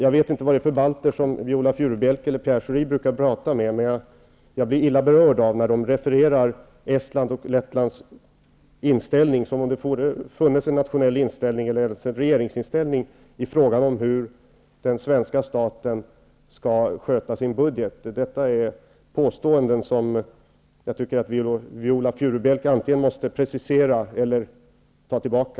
Jag vet inte vad det är för balter som Viola Furubjelke eller Pierre Schori brukar tala med, men jag blir illa berörd när de refererar Estlands och Lettlands inställning som om det funnes en nationell inställning eller en regeringsinställning i frågan om hur den svenska staten skall sköta sin budget. Detta är påståenden som Viola Furubjelke antingen måste precisera eller ta tillbaka.